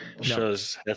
shows